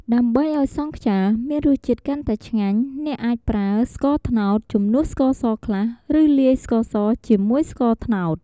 ដើម្បីឲ្យសង់ខ្យាមានរសជាតិកាន់តែឆ្ងាញ់ អ្នកអាចប្រើ ស្ករត្នោត ជំនួសស្ករសខ្លះ ឬលាយស្ករសជាមួយស្ករត្នោត។